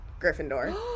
Gryffindor